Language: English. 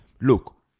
look